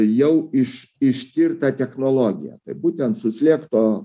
jau iš ištirta technologija tai būtent suslėgto